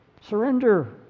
Surrender